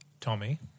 Tommy